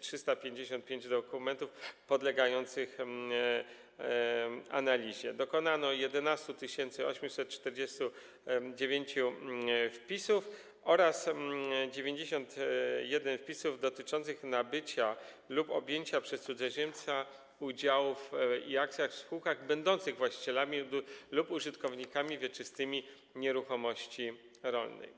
355 dokumentów podlegających analizie, dokonano 11 849 wpisów oraz 91 wpisów dotyczących nabycia lub objęcia przez cudzoziemca udziałów i akcji w spółkach będących właścicielami lub użytkownikami wieczystymi nieruchomości rolnej.